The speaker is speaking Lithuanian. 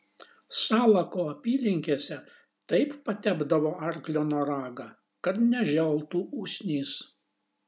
salako apylinkėse taip patepdavo arklo noragą kad neželtų usnys